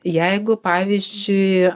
jeigu pavyzdžiui